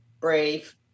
brave